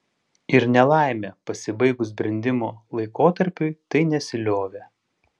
ir nelaimė pasibaigus brendimo laikotarpiui tai nesiliovė